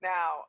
Now